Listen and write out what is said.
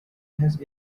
has